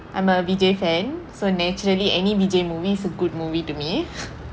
I am a vijay fan so naturally any vijay movie is a good movie to me